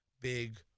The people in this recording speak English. big